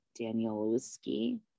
Danielowski